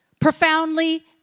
profoundly